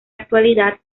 actualidad